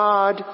God